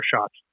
shots